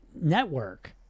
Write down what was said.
network